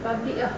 but the ya